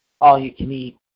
all-you-can-eat